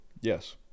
Yes